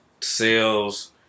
sales